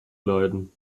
leiden